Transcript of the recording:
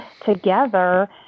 together